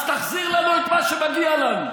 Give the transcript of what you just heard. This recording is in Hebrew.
אז תחזיר לנו את מה שמגיע לנו.